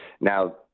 Now